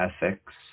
ethics